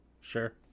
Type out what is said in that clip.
Sure